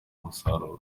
umusaruro